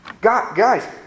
Guys